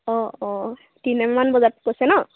অঁ অঁ তিনিটামান বজাত কৈছে ন